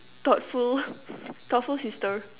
thoughtful thoughtful sister